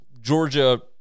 Georgia